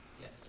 Yes